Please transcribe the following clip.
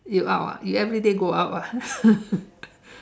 you out ah you everyday go out ah